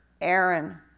Aaron